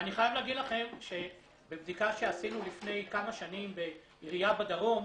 ואני חייב להגיד לכם שבבדיקה שעשינו לפני כמה שנים בעירייה בדרום,